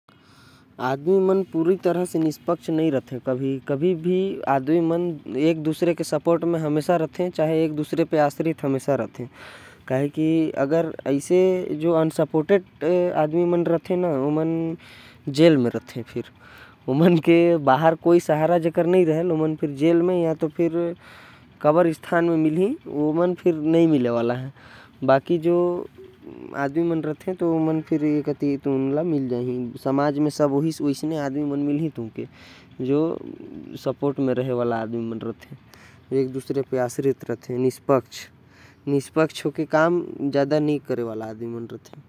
आदमी कभी भी पूरी तरह से निष्पक्ष नहीं रहते। कभी भी आदमी मन एक दूसरे पर निर्भर रहते सपोर्ट में रथे। निष्पक्ष आदमी मन या तो जेल में हो ही उमन के कोई नहीं होएल। ओमन या तो जमीन के अंदर होथे या अकेले भटकथे।